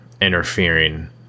interfering